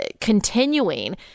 continuing